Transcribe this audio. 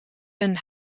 een